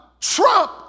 trump